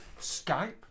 Skype